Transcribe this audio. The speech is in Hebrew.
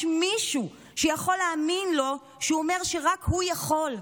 מישהו שיכול להאמין לו כשהוא אומר שרק הוא יכול,